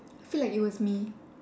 feel like it was me